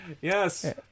Yes